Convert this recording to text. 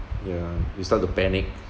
yeah you start to panic